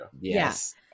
Yes